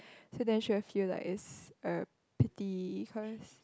so then she will feel like it's a pity cause